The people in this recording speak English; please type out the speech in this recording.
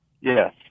Yes